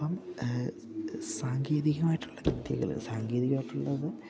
സാങ്കേതികമായിട്ടുള്ള കൃത്കള് സാങ്കേതികമായിട്ടുള്ളത്